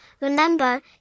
remember